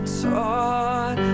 taught